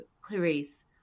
Clarice